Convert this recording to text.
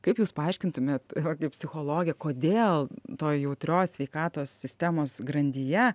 kaip jūs paaiškintumėt vėl kaip psichologė kodėl toj jautrios sveikatos sistemos grandyje